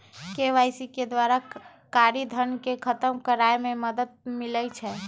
KYC के द्वारा कारी धन के खतम करए में मदद मिलइ छै